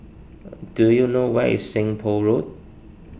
do you know where is Seng Poh Road